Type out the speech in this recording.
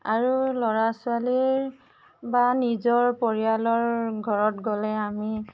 আৰু ল'ৰা ছোৱালীৰ বা নিজৰ পৰিয়ালৰ ঘৰত গ'লে আমি